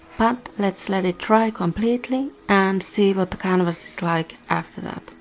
but let's let it dry completely and see what the canvas is like after that.